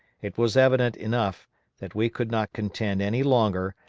it was evident enough that we could not contend any longer,